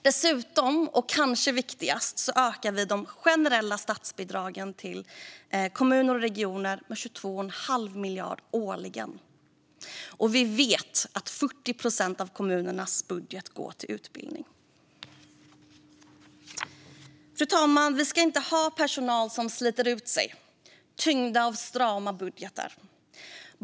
Dessutom - och det är kanske viktigast - ökar vi de generella statsbidragen till kommuner och regioner med 22 1⁄2 miljard årligen. Vi vet att 40 procent av kommunernas budget går till utbildning. Fru talman! Vi ska inte ha personal som sliter ut sig tyngda av strama budgetar.